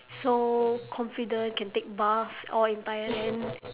so confident can take bus all in thailand